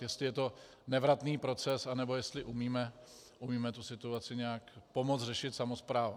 Jestli je to nevratný proces, anebo jestli umíme tu situaci nějak pomoci řešit samosprávám.